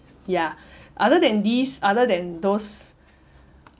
ya other than these other than those